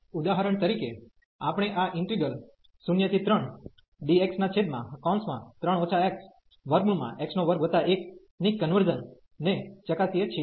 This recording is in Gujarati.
ઉદાહરણ તરીકે આપણે આ ઈન્ટિગ્રલ 03dx3 xx21 ની કન્વર્ઝન ને ચકાસીએ છીએ